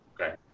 Okay